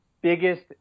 biggest